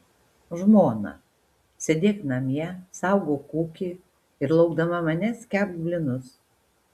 žmona sėdėk namie saugok ūkį ir laukdama manęs kepk blynus